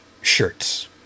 shirts